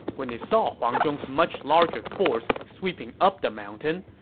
when they saw huang zhong's much-larger force sweeping up the mountain,